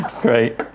Great